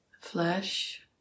flesh